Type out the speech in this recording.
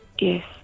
Yes